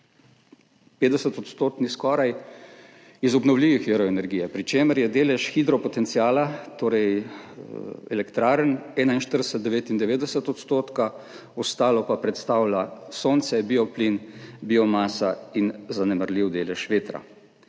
50-odstotni iz obnovljivih virov energije, pri čemer je delež hidropotenciala, torej elektrarn, 41,99 %, ostalo pa predstavlja sonce, bioplin, biomasa in zanemarljiv delež vetra.